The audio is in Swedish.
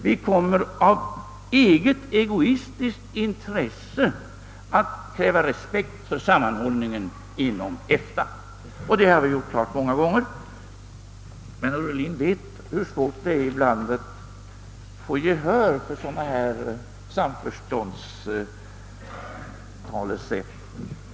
Vi kommer av eget egoistiskt intresse att kräva respekt för sammanhållningen inom EFTA, Det har vi gjort många gånger, men herr Ohlin vet hur svårt det ibland är att få gehör för sådana här talesätt om samförstånd.